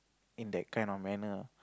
in that kind of manner